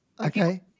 Okay